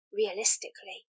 realistically